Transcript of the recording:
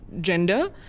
gender